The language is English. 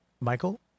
Michael